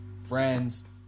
friends